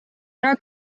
ära